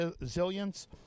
Resilience